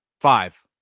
Five